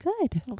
good